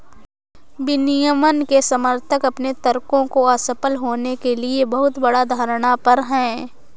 विनियमन के समर्थक अपने तर्कों को असफल होने के लिए बहुत बड़ा धारणा पर हैं